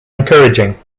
encouraging